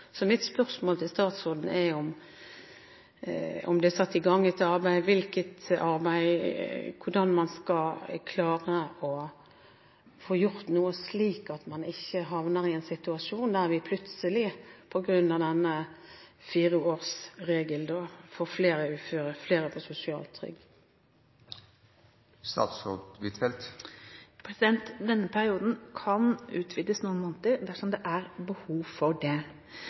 Mitt spørsmål til statsråden er om det er satt i gang et arbeid, hvilket arbeid, og hvordan skal man klare å få gjort noe slik at man ikke havner i en situasjon der vi plutselig, på grunn av denne fireårsregelen, får flere uføre og flere på sosialtrygd? Denne perioden kan utvides noen måneder dersom det er behov for det,